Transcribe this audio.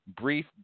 brief